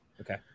Okay